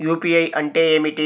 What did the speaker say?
UPI అంటే ఏమిటి?